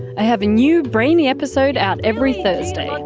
i have a new brainy episode out every thursday.